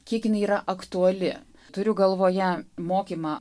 kiek jinai yra aktuali turiu galvoje mokymą